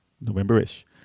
November-ish